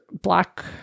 black